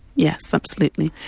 yes, absolutely.